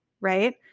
Right